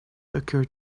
occurred